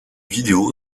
vidéo